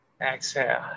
exhale